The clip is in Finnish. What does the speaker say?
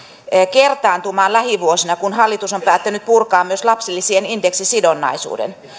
kertaantumaan lähivuosina kun hallitus on päättänyt purkaa myös lapsilisien indeksisidonnaisuuden